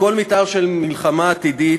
בכל מתאר של מלחמה עתידית,